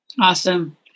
Awesome